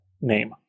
name